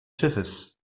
schiffes